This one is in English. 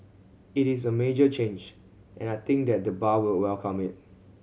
it is a major change and I think that the bar will welcome it